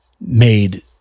made